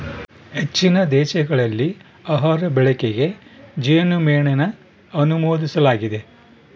ಹೆಚ್ಚಿನ ದೇಶಗಳಲ್ಲಿ ಆಹಾರ ಬಳಕೆಗೆ ಜೇನುಮೇಣನ ಅನುಮೋದಿಸಲಾಗಿದೆ